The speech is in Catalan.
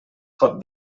pot